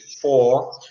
four